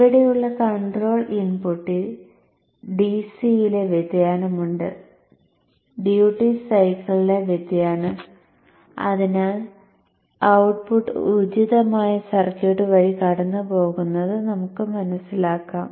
ഇവിടെയുള്ള കൺട്രോൾ ഇൻപുട്ടിൽ ഡിയിലെ വ്യതിയാനമുണ്ട് ഡ്യൂട്ടി സൈക്കിളിലെ വ്യതിയാനം അതിനാൽ ഔട്ട്പുട്ട് ഉചിതമായ സർക്യൂട്ട് വഴി കടന്നുപോകുന്നത് നമുക്ക് മനസ്സിലാക്കാം